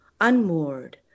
unmoored